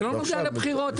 זה לא קשור בבחירות.